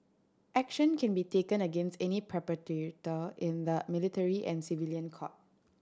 action can be taken against any in the military and civilian court